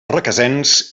requesens